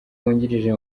wungirije